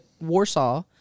Warsaw